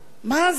מה זה?